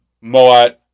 Moat